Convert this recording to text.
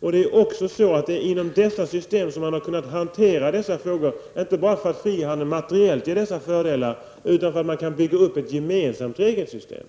Det är inom dessa system som man har kunnat hantera sådana frågor, inte bara för att frihandel materiellt ger dessa fördelar utan för att man kan bygga upp ett gemensamt regelsystem.